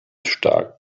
stark